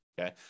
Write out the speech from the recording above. Okay